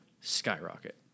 skyrocket